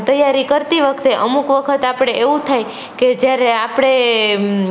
તૈયારી કરતી વખતે અમુક વખત આપણે એવું થાય કે જ્યારે આપણે